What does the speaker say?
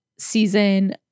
season